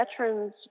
veterans